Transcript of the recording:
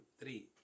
three